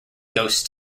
ghost